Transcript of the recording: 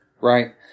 Right